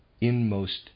inmost